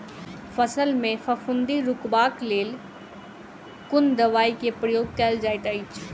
फसल मे फफूंदी रुकबाक लेल कुन दवाई केँ प्रयोग कैल जाइत अछि?